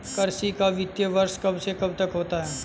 कृषि का वित्तीय वर्ष कब से कब तक होता है?